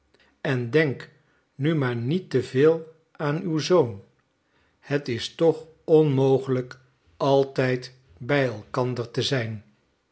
en denk nu maar niet te veel aan uw zoon het is toch onmogelijk altijd bij elkander te zijn